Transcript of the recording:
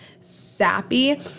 sappy